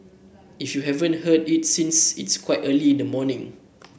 if you haven't heard it since it's quite early in the morning